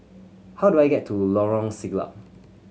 how do I get to Lorong Siglap